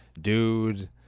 dude